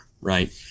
right